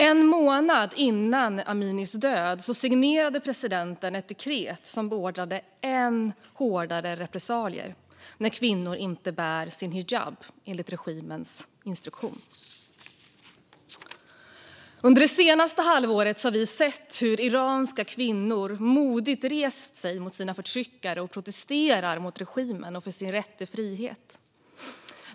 En månad innan Aminis död signerade presidenten ett dekret som beordrade än hårdare repressalier när kvinnor inte bär sin hijab enligt regimens instruktion. Under det senaste halvåret har vi sett hur iranska kvinnor modigt rest sig mot sina förtryckare och protesterat mot regimen och för sin rätt till frihet.